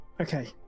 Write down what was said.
Okay